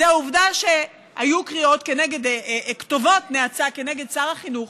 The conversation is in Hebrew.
זה העובדה שהיו כתובות נאצה נגד שר החינוך